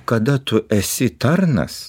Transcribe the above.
kada tu esi tarnas